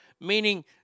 meaning